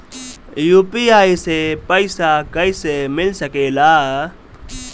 UPI से पइसा कईसे मिल सके ला?